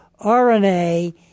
RNA